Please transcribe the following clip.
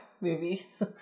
movies